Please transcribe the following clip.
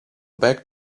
back